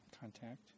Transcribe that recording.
contact